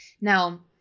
Now